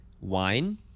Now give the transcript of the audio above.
wine